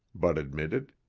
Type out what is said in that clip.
bud admitted.